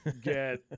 get